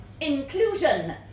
inclusion